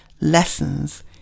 Lessons